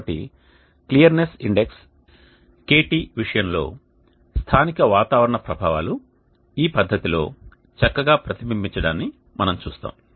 కాబట్టి clearness index kt విషయం లో స్థానిక వాతావరణ ప్రభావాలు ఈ పద్ధతిలో చక్కగా ప్రతిబింబించడాన్ని మనం చూస్తాము